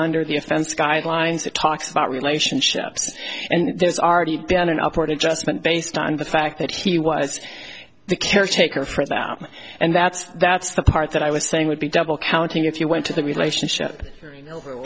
under the offense guidelines that talks about relationships and there's already been an upward adjustment based on the fact that he was the caretaker for them and that's that's the part that i was saying would be double counting if you went to the relationship o